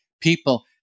people